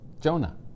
Jonah